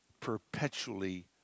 perpetually